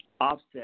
offset